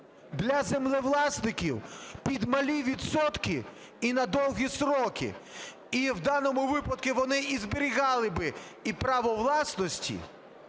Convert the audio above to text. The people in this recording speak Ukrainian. для землевласників під малі відсотки і на довгі строки. І в даному випадку вони і зберігали би і право власності,